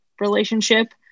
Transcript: relationship